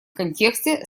контексте